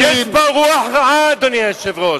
יש פה רוח רעה, אדוני היושב-ראש.